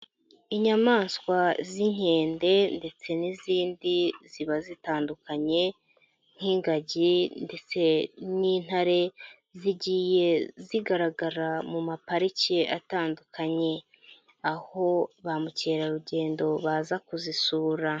Inyamaswa z'inkende ndetse n'izindi ziba zitandukanye nk'ingagi ndetse n'intare zigiye zigaragara mu mapariki atandukanye, aho ba mukerarugendo baza kuzisura.